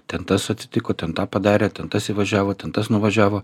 ten tas atsitiko ten tą padarė ten tas įvažiavo ten tas nuvažiavo